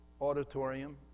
auditorium